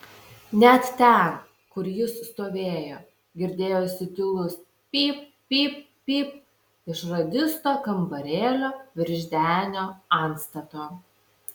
net ten kur jis stovėjo girdėjosi tylus pyp pyp pyp iš radisto kambarėlio virš denio antstato